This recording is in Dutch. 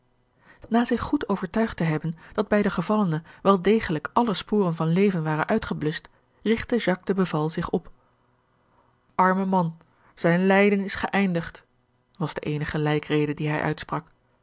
na zich goed overtuigd te hebben dat bij den gevallene wel degelijk alle sporen van leven waren uitgebluscht rigtte jacques de beval zich op arme man zijn lijden is geëindigd was de eenige lijkrede die hij uitsprak